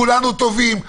כולנו טובים.